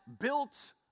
built